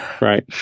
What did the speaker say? right